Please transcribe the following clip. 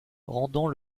rendant